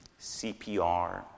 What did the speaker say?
CPR